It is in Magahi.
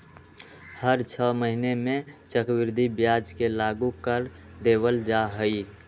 हर छ महीना में चक्रवृद्धि ब्याज के लागू कर देवल जा हई